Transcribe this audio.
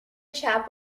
chap